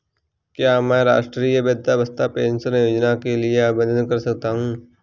क्या मैं राष्ट्रीय वृद्धावस्था पेंशन योजना के लिए आवेदन कर सकता हूँ?